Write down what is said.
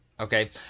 Okay